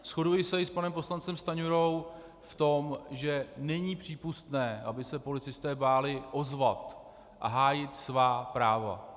Shoduji se i s panem poslancem Stanjurou v tom, že není přípustné, aby se policisté báli ozvat a hájit svá práva.